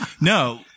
No